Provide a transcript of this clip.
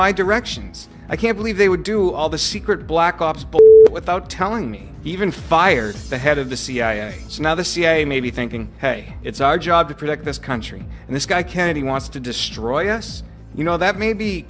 my directions i can't believe they would do all the secret black ops without telling me even fired the head of the cia so now the cia may be thinking hey it's our job to protect this country and this guy kennedy wants to destroy us you know that may be